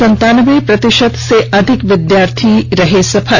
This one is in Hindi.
सत्तानबे प्रतिषत से अधिक विद्यार्थी हुए सफल